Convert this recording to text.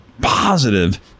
positive